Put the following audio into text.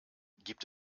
gibt